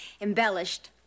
embellished